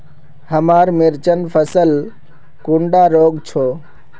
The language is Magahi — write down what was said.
हमार मिर्चन फसल कुंडा रोग छै?